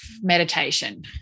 meditation